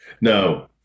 No